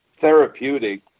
therapeutic